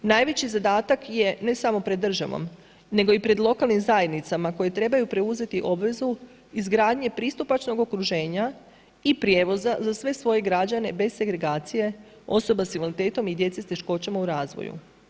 Najveći zadatak je, ne samo pred državom, nego i pred lokalnim zajednicama koje trebaju preuzeti obvezu izgradnje pristupačnog okruženja i prijevoza za sve svoje građane bez segregacije osoba s invaliditetom i djece s teškoćama u razvoju.